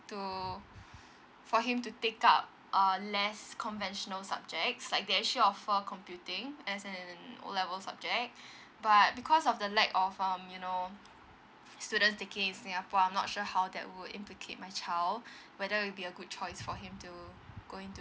to for him to take up uh less conventional subjects like they actually offer computing as an O level subject but because of the lack of um you know students taking in singapore I'm not sure how that will implicate my child whether will be a good choice for him to go into